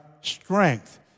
strength